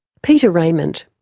peter raymond.